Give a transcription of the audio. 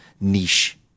niche